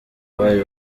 bari